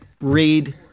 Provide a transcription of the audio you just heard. read